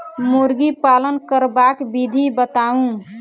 मुर्गी पालन करबाक विधि बताऊ?